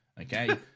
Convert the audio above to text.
Okay